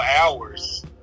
hours